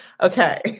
Okay